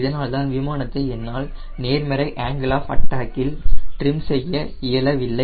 இதனால்தான் விமானத்தை என்னால் நேர்மறை ஆங்கில் ஆஃப் அட்டாக்கில் ட்ரிம் செய்ய இயலவில்லை